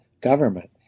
government